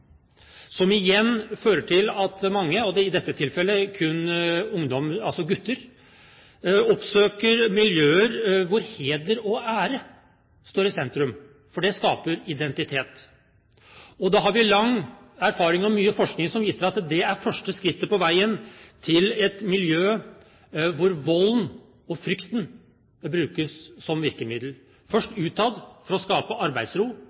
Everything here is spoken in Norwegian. som igjen fører til at mange – og i dette tilfellet kun ungdom, altså gutter – oppsøker miljøer hvor heder og ære står i sentrum, for det skaper identitet. Vi har lang erfaring og mye forskning som viser at det er det første skrittet på veien til et miljø hvor volden og frykten brukes som virkemiddel – først utad for å skape arbeidsro,